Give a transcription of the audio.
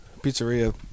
pizzeria